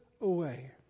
away